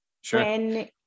sure